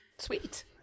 Sweet